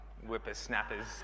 whippersnappers